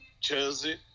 Jersey